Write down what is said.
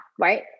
right